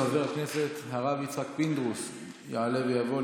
חבר הכנסת הרב יצחק פינדרוס יעלה ויבוא.